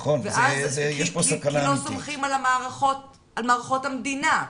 כי לא סומכים על מערכות המדינה.